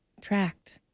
tracked